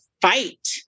fight